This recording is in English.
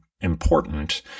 important